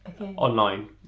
online